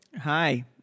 hi